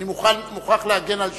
אני מוכרח להגן על שאלתו,